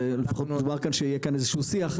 זה לפחות דובר כאן שיהיה כאן איזשהו שיח.